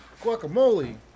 Guacamole